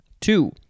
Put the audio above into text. Two